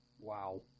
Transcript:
Wow